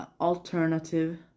alternative